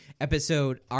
episode